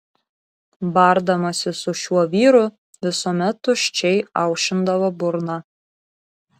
bardamasi su šiuo vyru visuomet tuščiai aušindavo burną